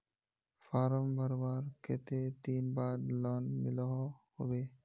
Form भरवार कते दिन बाद लोन मिलोहो होबे?